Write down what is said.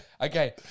Okay